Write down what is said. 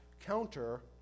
counter